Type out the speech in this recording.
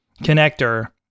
connector